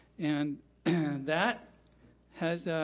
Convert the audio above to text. and and that has,